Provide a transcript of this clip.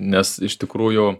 nes iš tikrųjų